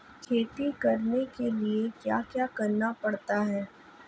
खेती करने के लिए क्या क्या करना पड़ता है?